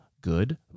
good